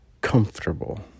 comfortable